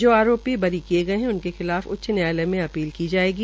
जो आरोपी बरी किये गये है उनके खिलाफ उच्च न्यायालय में अपील की जायेगी